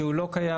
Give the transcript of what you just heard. שהוא לא קיים,